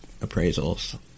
appraisals